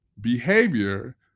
behavior